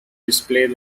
display